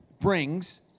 brings